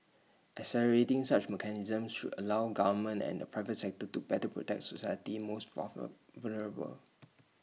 accelerating such mechanisms should allow governments and the private sector to better protect society's most vulnerable